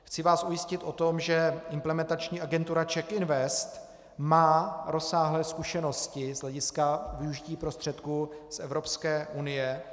Chci vás ujistit o tom, že implementační agentura CzechInvest má rozsáhlé zkušenosti z hlediska využití prostředků z Evropské unie.